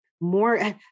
more